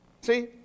See